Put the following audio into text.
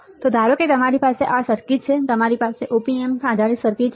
તો ધારો કે તમારી પાસે આ સર્કિટ છે તમારી પાસે આ op amp આધારિત સર્કિટ છે